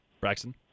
Braxton